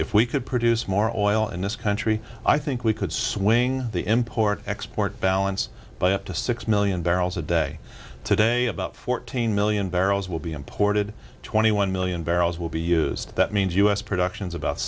if we could produce more oil in this country i think we could swing the import export balance by up to six million barrels a day today about fourteen million barrels will be imported twenty one million barrels will be used that means us productions about